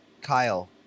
Kyle